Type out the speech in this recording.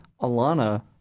Alana